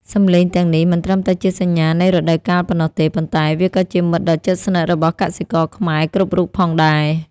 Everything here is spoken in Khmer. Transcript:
សំឡេងទាំងនេះមិនត្រឹមតែជាសញ្ញានៃរដូវកាលប៉ុណ្ណោះទេ ប៉ុន្តែវាក៏ជាមិត្តដ៏ជិតស្និទ្ធរបស់កសិករខ្មែរគ្រប់រូបផងដែរ។